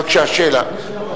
בבקשה, שאלה.